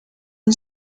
and